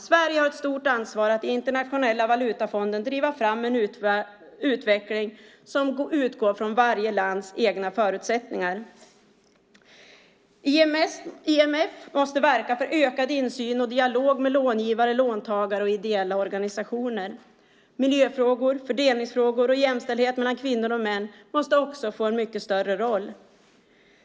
Sverige har ett stort ansvar för att i Internationella valutafonden driva fram en utveckling som utgår från varje lands egna förutsättningar. IMF måste verka för ökad insyn och dialog med långivare, låntagare och ideella organisationer. Miljöfrågor, fördelningsfrågor och jämställdhet mellan kvinnor och män måste också få en mycket större roll.